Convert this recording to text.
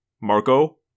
Marco